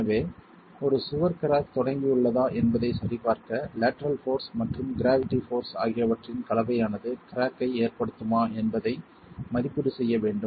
எனவே ஒரு சுவர் கிராக் தொடங்கியுள்ளதா என்பதை சரிபார்க்க லேட்டரல் போர்ஸ் மற்றும் க்ராவிட்டி போர்ஸ் ஆகியவற்றின் கலவையானது கிராக்கை ஏற்படுத்துமா என்பதை மதிப்பீடு செய்ய வேண்டும்